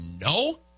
no